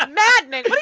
ah maddening.